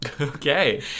Okay